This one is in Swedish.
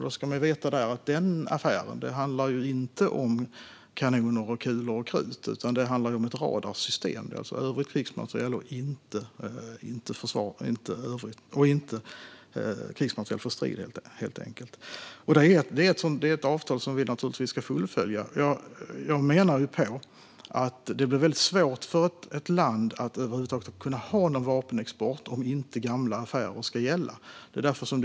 Den affären handlade inte om krigsmateriel för strid såsom kanoner, kulor och krut utan om ett radarsystem, det vill säga övrig krigsmateriel. Det är ett avtal som vi naturligtvis ska fullfölja. Det blir väldigt svårt för ett land att över huvud taget kunna ha någon vapenexport om gamla affärer inte ska gälla.